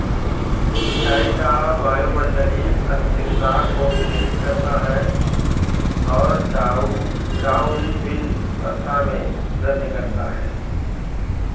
सिंचाई का वायुमंडलीय अस्थिरता को प्रेरित करता है और डाउनविंड वर्षा में वृद्धि करता है